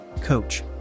coach